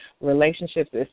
Relationships